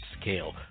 scale